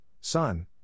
Son